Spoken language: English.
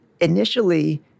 Initially